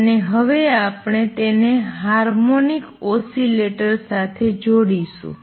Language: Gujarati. અને હવે આપણે તેને હાર્મોનિક ઓસિલેટર સાથે જોડીશું